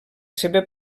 seva